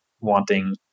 wanting